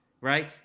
Right